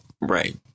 right